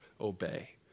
obey